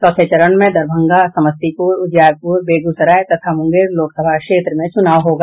चौथे चरण में दरभंगा समस्तीपुर उजियारपुर बेगूसराय तथा मुंगेर लोकसभा क्षेत्र में चुनाव होगा